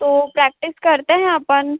तो प्रैक्टिस करते हैं अपन